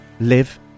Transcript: live